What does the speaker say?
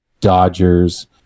Dodgers